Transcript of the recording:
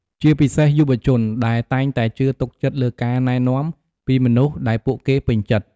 ជាពិសេសយុវជន ដែលតែងតែជឿទុកចិត្តលើការណែនាំពីមនុស្សដែលពួកគេពេញចិត្ត។